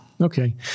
Okay